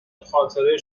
خاطره